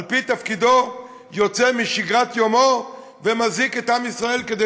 על פי תפקידו יוצא משגרת יומו ומזעיק את עם ישראל כדי